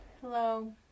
hello